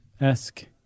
esque